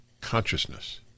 Consciousness